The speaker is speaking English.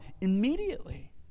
immediately